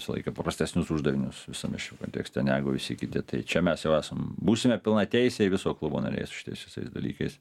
visą laiką paprastesnius uždavinius visame šių kontekste negu visi kiti tai čia mes jau esam būsime pilnateisiai viso klubo nariai su šitais visais dalykais